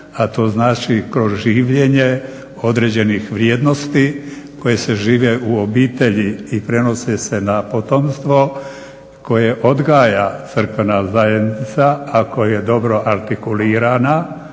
a to znači kroz življenje određenih vrijednosti koje se žive u obitelji i prenose se na potomstvo koje odgaja crkvena zajednica ako je dobro artikulirana